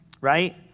right